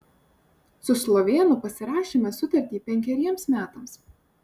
su slovėnu pasirašėme sutartį penkeriems metams